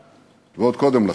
ועוד קודם לכן.